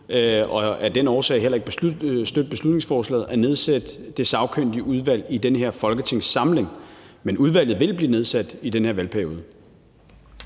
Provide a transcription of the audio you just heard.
kan regeringen heller ikke støtte beslutningsforslaget – at nedsætte det sagkyndige udvalg i den her folketingssamling, men udvalget vil blive nedsat i den her valgperiode.